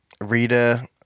Rita